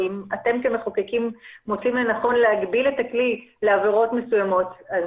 אם אתם כמחוקקים מוצאים לנכון להגביל את הכלי לעבירות מסוימות אז